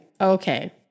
okay